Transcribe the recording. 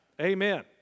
Amen